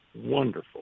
Wonderful